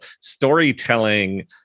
storytelling